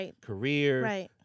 career